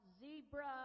zebra